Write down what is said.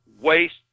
waste